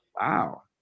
Wow